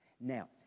Now